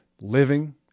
living